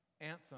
anthem